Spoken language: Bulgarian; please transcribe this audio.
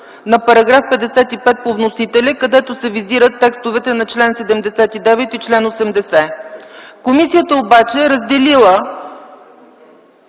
на § 55 по вносител, където се визират текстовете на чл. 79 и чл. 80. Комисията обаче е разделила